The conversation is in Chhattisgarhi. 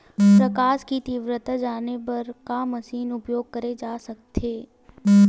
प्रकाश कि तीव्रता जाने बर का मशीन उपयोग करे जाथे?